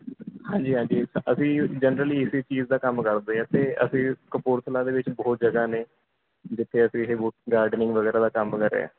ਹਾਂਜੀ ਹਾਂਜੀ ਅਸੀਂ ਜਨਰਲੀ ਇਸ ਚੀਜ਼ ਦਾ ਕੰਮ ਕਰਦੇ ਹਾਂ ਅਤੇ ਅਸੀਂ ਕਪੂਰਥਲਾ ਦੇ ਵਿੱਚ ਬਹੁਤ ਜਗ੍ਹਾ ਨੇ ਜਿੱਥੇ ਅਸੀਂ ਇਹ ਬੂ ਗਾਰਡਨਿੰਗ ਵਗੈਰਾ ਦਾ ਕੰਮ ਕਰਿਆ